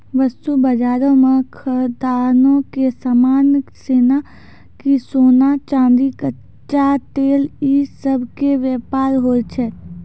वस्तु बजारो मे खदानो के समान जेना कि सोना, चांदी, कच्चा तेल इ सभ के व्यापार होय छै